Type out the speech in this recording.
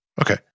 Okay